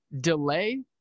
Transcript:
delay